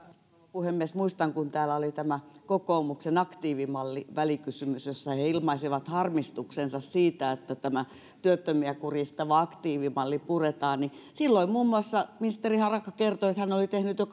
puhemies muistan kun täällä oli tämä kokoomuksen aktiivimallivälikysymys jossa he ilmaisivat harmistuksensa siitä että tämä työttömiä kuristava aktiivimalllli puretaan ja silloin muun muassa ministeri harakka kertoi että hän oli tehnyt jo